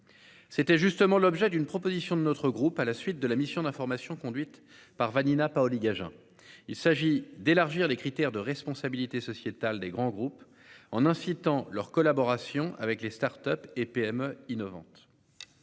C'était justement l'objet d'une proposition de notre groupe à la suite de la mission d'information conduite par Vanina Paoli-Gagin il s'agit d'élargir les critères de responsabilité sociétale des grands groupes en incitant leur collaboration avec les Start-Up et PME innovantes.